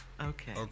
Okay